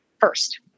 first